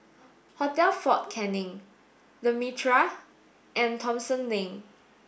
Hotel Fort Canning The Mitraa and Thomson Lane